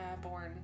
born